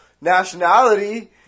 nationality